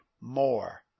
more